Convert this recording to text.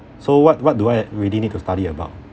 so what what do I really need to study about